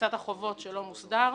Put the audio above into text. פריסת החובות שלא מוסדר.